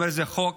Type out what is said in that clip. זה חוק